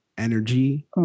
energy